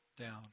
down